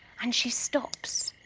and she stops,